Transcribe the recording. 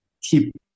keep